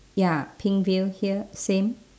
ya pink veil here same